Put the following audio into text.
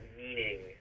meaning